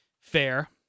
fair